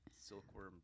silkworm